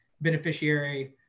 beneficiary